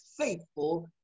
faithful